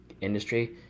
industry